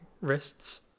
wrists